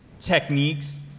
techniques